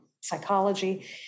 psychology